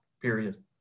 period